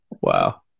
Wow